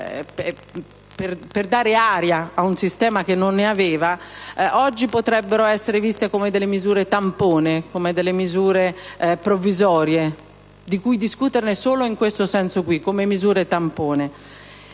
per dare aria a un sistema che non ne aveva e che oggi potrebbero essere viste come delle misure tampone, provvisorie, di cui discutere solo in questo senso, appunto come misure tampone.